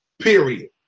Period